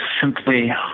simply